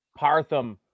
Partham